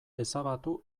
ezabatu